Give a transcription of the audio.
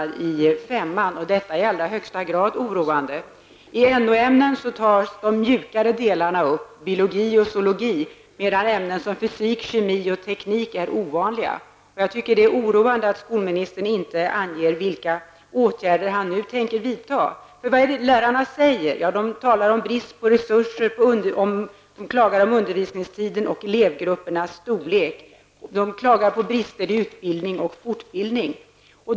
Detta är i allra högsta grad oroande. I NO-ämnena ingår mjukare områden som biologi och zoologi, medan ämnen som fysik, kemi och teknik är ovanliga. Det är oroande att skolministern inte anger vilka åtgärder han nu tänker vidta. Vad säger då lärarna? Jo, de talar om bristen på resurser, klagar på undervisningstiden och på elevgruppernas storlek. Vidare klagar de på bristfällig utbildning och önskar mer fortbildning.